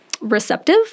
receptive